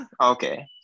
Okay